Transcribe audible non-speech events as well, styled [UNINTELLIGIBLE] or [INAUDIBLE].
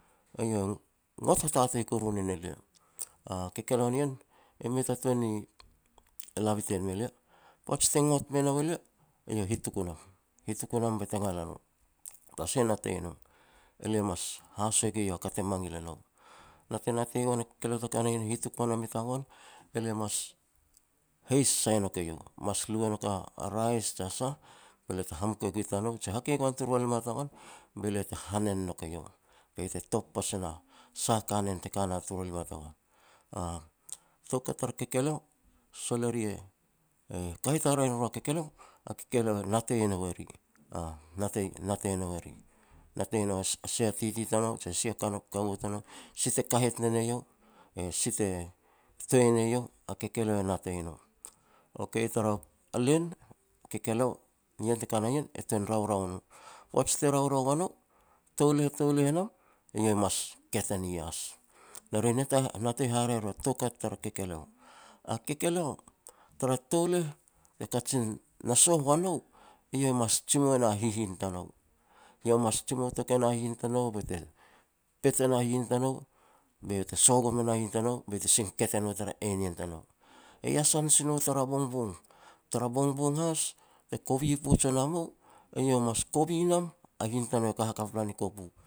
Eiau e ngot hatatei kuru nin elia. A kekeleo nien e mei ta tuan ni labitein me lia, poaj te ngot me nau e lia, eiau hitok u nam, hitok u nam be te ngal a no, tara sah e natei no, elia mas haso e gue iau a ka te mangil e nou. Na te natei e goan a kekeleo te ka na nien e hituk wanam i tagoan, elia mas heis sai nouk eiau. Mas lu e ngok a rais jia sah be lia te hamuk e gue tanou je hakei e goan turu walima tagoan be lia te hanen nouk eiau, be iau te top pas e na sah a kanen te ka na turu walima tagoan. A toukat tar kekeleo sol eri e kahet haraeh ne ru a kekeleo, a kekeleo e natei nou eri [HESITATION] natei-natei nou eri, natei nou e-e seh a titi tanou, je se tanou [UNINTELLIGIBLE] kaua tanou, e si te kahet ne ne eiau, e si e toi e ne iau, a kekeleo e natei no. Okay, tara a len a kekeleo ien te ka na ien, e tuan raurau no poaj te raurau ua nou, touleh e touleh e nou, eiau mas ket e ni ias. Ne ri [HESITATION] natei haraeh eru toukat tara kekeleo. A kekeleo tar a touleh te kajen na soh ua nou eiau mas jimou e na hihin tanou. Eiau mas jimou touk e na hihin tanou, be te pit e na hihin tanou be eiau te soh gon mena hihin tanou, be te sin ket e no tar anien tanou, e iasan si no tara bongbong. Tara bongbong has te kovi poij wa nam au, eiou mas kovi nam a hihin tanou mas ka hakap lan i kopu.